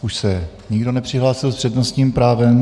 Už se nikdo nepřihlásil s přednostním právem.